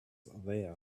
there